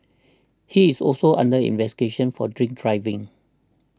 he is also under investigation for drink driving